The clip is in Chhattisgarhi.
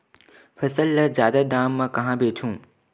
फसल ल जादा दाम म कहां बेचहु?